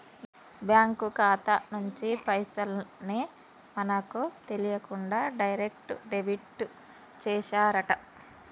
bank ఖాతా నుంచి పైసల్ ని మనకు తెలియకుండా డైరెక్ట్ డెబిట్ చేశారట